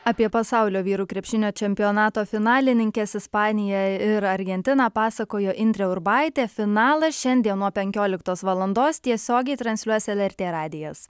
apie pasaulio vyrų krepšinio čempionato finalininkes ispanija ir argentiną pasakojo indrė urbaitė finalas šiandien nuo penkioliktos valandos tiesiogiai transliuos lrt radijas